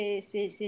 C'est